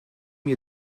wir